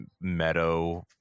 meadow